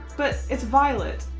but it's violet.